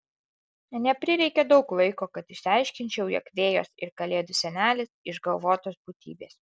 neprireikė daug laiko kad išsiaiškinčiau jog fėjos ir kalėdų senelis išgalvotos būtybės